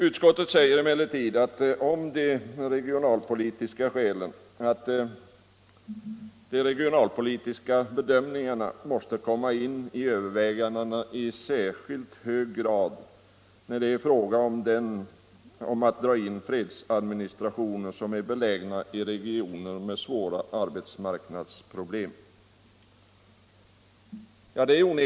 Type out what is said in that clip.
Utskottet säger emellertid att de regionalpolitiska bedömningarna måste komma in i övervägandena i särskilt hög grad när det är fråga om att dra in fredsadministrationer som är belägna i regioner med svåra arbetsmarknadsproblem.